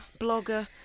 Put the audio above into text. blogger